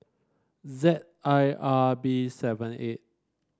Z I R B seven eight